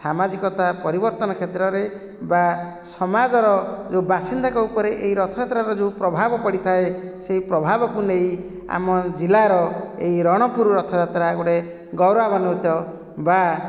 ସାମାଜିକତା ପରିବର୍ତ୍ତନ କ୍ଷେତ୍ରରେ ବା ସମାଜର ଯେଉଁ ବାସିନ୍ଦା ଉପରେ ଏଇ ରଥଯାତ୍ରାର ଯେଉଁ ପ୍ରଭାବ ପଡ଼ିଥାଏ ସେଇ ପ୍ରଭାବକୁ ନେଇ ଆମ ଜିଲ୍ଲାର ଏଇ ରଣପୁର ରଥଯାତ୍ରା ଗୋଟିଏ ଗୌରବାନ୍ଵିତ ବା